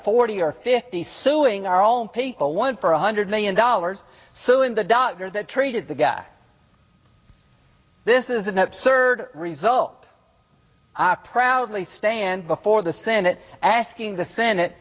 forty or fifty suing our own people one for one hundred million dollars suing the doctor that treated the guy this is an absurd result proudly stand before the senate asking the senate